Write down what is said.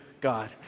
God